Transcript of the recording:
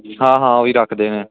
ਹਾਂ ਹਾਂ ਉਹੀ ਰੱਖਦੇ ਨੇ